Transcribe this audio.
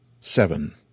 Seven